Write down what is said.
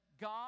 God